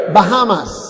Bahamas